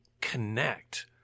connect